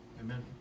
Amen